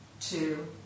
two